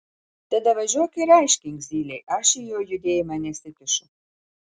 tada važiuok ir aiškink zylei aš į jo judėjimą nesikišu